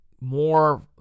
more